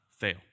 fail